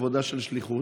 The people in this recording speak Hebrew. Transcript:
עבודה של שליחות.